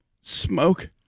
smoke